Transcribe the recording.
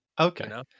Okay